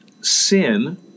sin